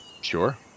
sure